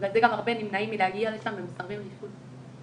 בגלל זה הרבה נמנעים מלהגיע לשם ומסרבים לאשפוז.